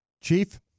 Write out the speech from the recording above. Chief